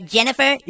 Jennifer